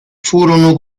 furono